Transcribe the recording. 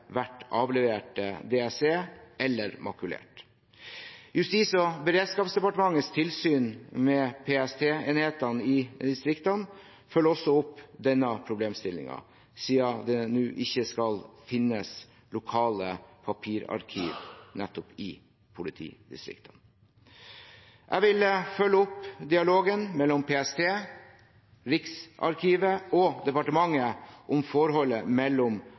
vært avlevert DSE eller makulert. Justis- og beredskapsdepartementets tilsyn med PST-enhetene i distriktene følger også opp denne problemstillingen, siden det nå ikke skal finnes lokale papirarkiv nettopp i politidistriktene. Jeg vil følge opp dialogen mellom PST, Riksarkivet og departementet om forholdet mellom